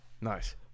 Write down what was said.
Nice